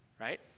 right